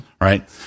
right